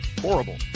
Horrible